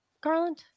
Garland